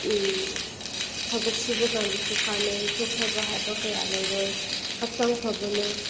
ꯊꯕꯛ ꯁꯨꯕꯀꯥꯟꯗꯁꯨ ꯀꯥꯟꯅꯩ ꯆꯣꯛꯊꯕ ꯍꯥꯏꯕ ꯀꯌꯥ ꯂꯩꯔꯣꯏ ꯍꯛꯆꯥꯡ ꯐꯕꯅ